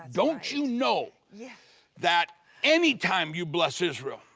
don't you know yeah that anytime you bless israel,